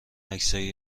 عکسای